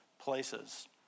places